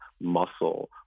muscle